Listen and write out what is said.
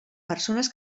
persones